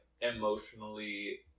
emotionally